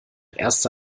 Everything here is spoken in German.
erste